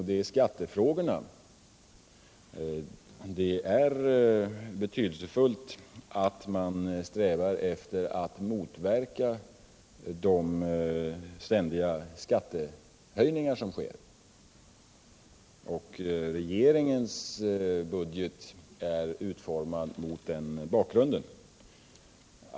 Det gäller skattefrågorna. Det är betydelsefullt att sträva efter att motverka de ständiga skattehöjningarna. Och regeringens budget är utformad mot den bakgrunden.